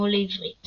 לעברית